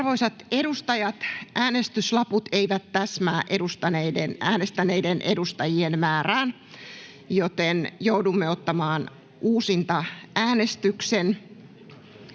Arvoisat edustajat, äänestyslaput eivät täsmää äänestäneiden edustajien määrään, joten joudumme ottamaan uusintaäänestyksen.